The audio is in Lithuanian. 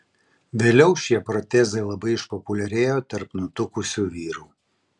vėliau šie protezai labai išpopuliarėjo tarp nutukusių vyrų